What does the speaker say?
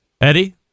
Eddie